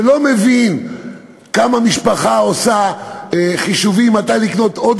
שלא מבין כמה חישובים משפחה עושה מתי לקנות עוד